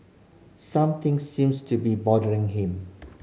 something seems to be bothering him